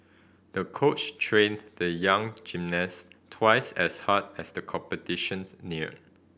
the coach trained the young gymnast twice as hard as the competition neared